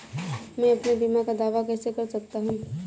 मैं अपने बीमा का दावा कैसे कर सकता हूँ?